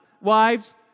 wives